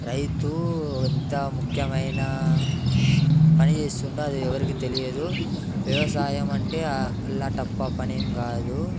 రైతు ఎంత ముఖ్యమైన పని చేస్తుంటే అది ఎవరికి తెలియదు వ్యవసాయం అంటే అల్లాటప్ప పనేం కాదు